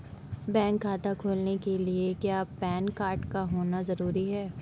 Bank खाता खोलने के लिए क्या पैन कार्ड का होना ज़रूरी है?